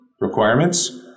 requirements